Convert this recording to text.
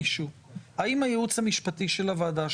האם הייעוץ המשפטי של הוועדה,